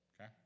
okay